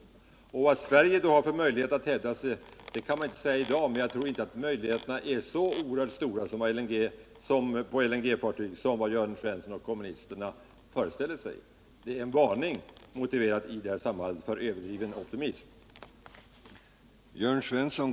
Vad Sverige då har för möjligheter att hävda sig kan man inte säga i dag, men jag tror inte att möjligheterna är så oerhört stora som Jörn Svensson och kommunisterna föreställer sig. En varning för överdriven optimism är i detta sammanhang motiverad.